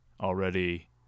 already